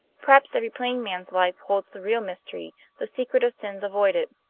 perhaps every plain man's life holds the real mystery, the secret of sins avoided.